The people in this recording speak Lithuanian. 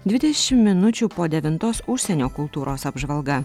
dvidešim minučių po devintos užsienio kultūros apžvalga